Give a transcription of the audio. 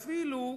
אפילו,